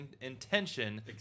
intention